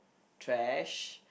trash